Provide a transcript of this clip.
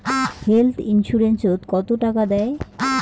Health insurance ওত কত টাকা দেয়?